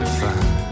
fine